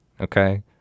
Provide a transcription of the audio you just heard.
okay